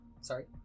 Sorry